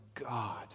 God